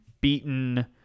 beaten